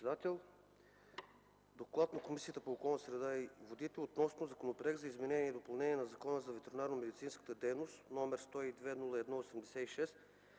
„ДОКЛАД на Комисията по околната среда и водите относно Законопроект за изменение и допълнение на Закона за ветеринарномедицинската дейност, № 102-01-86,